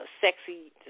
sexy